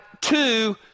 two